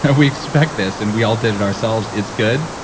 ah we expect this and we all did it ourselves, it's good.